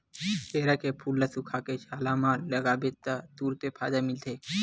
केरा के फूल ल सुखोके छाला म लगाबे त तुरते फायदा मिलथे